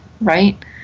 right